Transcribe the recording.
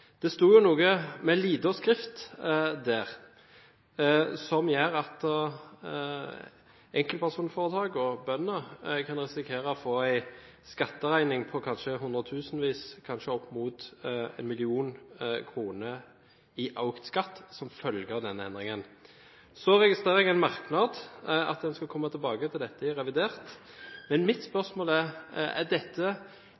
Det sto noe med liten skrift der som gjør at enkeltpersonforetak og bønder kunne risikere å få en skatteregning på kanskje hundretusenvis av kroner, kanskje opp mot 1 mill. kr, i økt skatt som følge av denne endringen. Så registrerer jeg en merknad om at en skal komme tilbake til dette i revidert budsjett. Men mitt